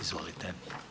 Izvolite.